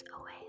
away